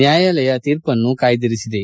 ನ್ಕಾಯಾಲಯ ತೀರ್ಪನ್ನು ಕಾಯ್ದಿರಿಸಿದೆ